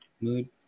mood